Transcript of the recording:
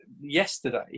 yesterday